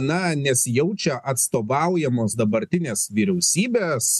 na nesijaučia atstovaujamos dabartinės vyriausybės